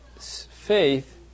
faith